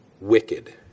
wicked